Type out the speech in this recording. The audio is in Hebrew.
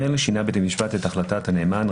שינה בית המשפט את החלטת הנאמן,